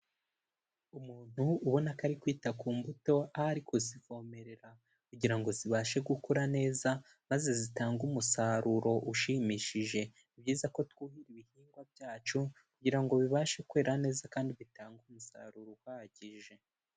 Umuntu ubona ko ari kwita ku mbuto ari kuzivomerera kugira ngo zibashe gukura neza maze zitange umusaruro ushimishije. Ni byiza ko twuhira ibihingwa byacu kugira ngo bibashe kwera neza kandi bitange umusaruro uhagije.